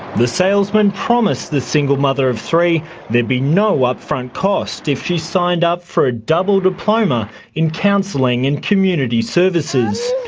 the salesmen promised the single mother of three there'd be no upfront cost if she signed up for a double diploma in counselling and community services.